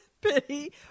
Pity